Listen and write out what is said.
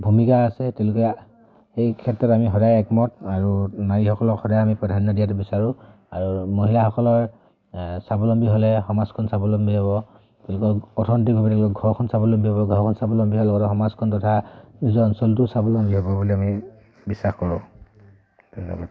ভূমিকা আছে তেওঁলোকে সেই ক্ষেত্ৰত আমি সদায় একমত আৰু নাৰীসকলক সদায় আমি প্ৰাধান্য দিয়াটো বিচাৰোঁ আৰু মহিলাসকল স্বাৱলম্বী হ'লে সমাজখন স্বাৱলম্বী হ'ব তেওঁলোকক অৰ্থনৈতিকভাৱে তেওঁলোকে ঘৰখন স্বাৱলম্বী হ'ব ঘৰখন স্বাৱলম্বী হোৱাৰ লগতে সমাজখন তথা নিজৰ অঞ্চলটো স্বাৱলম্বী হ'ব বুলি আমি বিশ্বাস কৰোঁ ধন্যবাদ